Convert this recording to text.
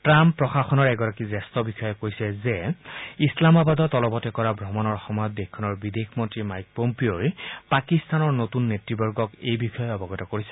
Trump প্ৰশাসনৰ এগৰাকী জ্যেষ্ঠ বিষয়াই কৈছে যে ইছলামাবাদত অলপতে কৰা ভ্ৰমণ সময়ত দেশখনৰ বিদেশমন্ত্ৰী মাইক পম্পিঅ' পাকিস্তানৰ নতুন নেত়বৰ্গক এই বিষয়ে অৱগত কৰিছে